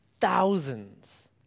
thousands